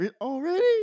Already